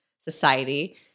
society